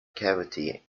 cavity